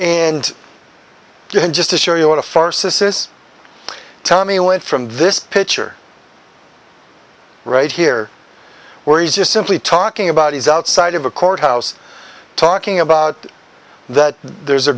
oh and just to show you what a farce this is tommy went from this picture right here where he's just simply talking about he's outside of a courthouse talking about that there's a